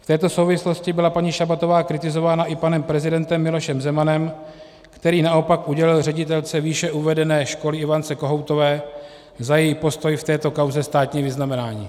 V této souvislosti byla paní Šabatová kritizována i panem prezidentem Milošem Zemanem, který naopak udělil ředitelce výše uvedené školy Ivance Kohoutové za její postoj v této kauze státní vyznamenání.